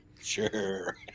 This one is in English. Sure